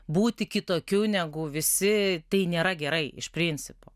būti kitokiu negu visi tai nėra gerai iš principo